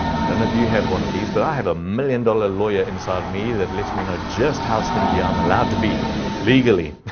i don't know if you have one of these. but i have a million dollar lawyer inside of me that lets me know just how stingy i'm allowed to be legally.